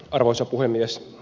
arvoisa puhemies